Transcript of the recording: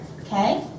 Okay